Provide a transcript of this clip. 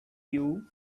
you